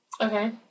Okay